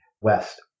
west